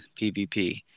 PvP